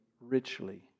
Richly